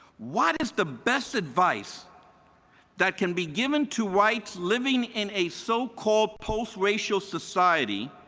what is the best advice that can be given to whites living in a so-called post racial society,